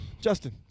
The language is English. Justin